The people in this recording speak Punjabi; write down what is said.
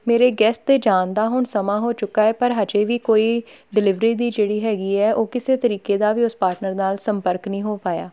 ਮੇਰੇ ਗੈਸਟ ਦੇ ਜਾਣ ਦਾ ਹੁਣ ਸਮਾਂ ਹੋ ਚੁੱਕਾ ਹੈ ਪਰ ਹਜੇ ਵੀ ਕੋਈ ਡਿਲੀਵਰੀ ਦੀ ਜਿਹੜੀ ਹੈਗੀ ਹੈ ਉਹ ਕਿਸੇ ਤਰੀਕੇ ਦਾ ਵੀ ਉਸ ਪਾਰਟਨਰ ਨਾਲ ਸੰਪਰਕ ਨਹੀਂ ਹੋ ਪਾਇਆ